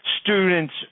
students